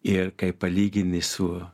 ir kai palygini su